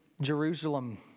Jerusalem